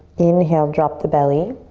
inhale, drop the belly.